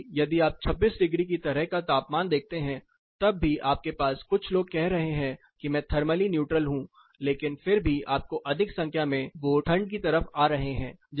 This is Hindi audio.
जबकि यदि आप 26 डिग्री की तरह का तापमान देखते हैं तब भी आपके पास कुछ लोग कह रहे हैं कि मैं थर्मली न्यूट्रल हूं लेकिन फिर भी आपको अधिक संख्या में वोट ठंड की तरफ आ रहे हैं